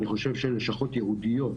אני חושב שלשכות ייעודיות